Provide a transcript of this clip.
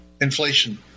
inflation